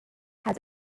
had